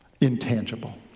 intangible